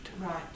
Right